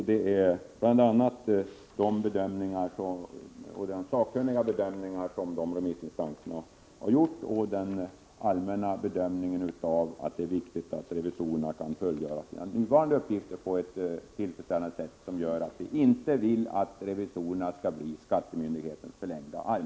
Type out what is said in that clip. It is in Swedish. Det är bl.a. de sakkunniga bedömningar som dessa remissinstanser har gjort och den allmänna bedömningen att det är viktigt att revisorerna kan fullgöra sina nuvarande uppgifter på ett tillfredsställande sätt som gör att vi inte vill att revisorerna skall bli skattemyndighetens förlängda arm.